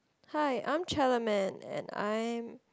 hi I'm Chella-Man and I'm